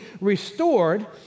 restored